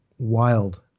wild